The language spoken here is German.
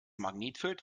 magnetfeld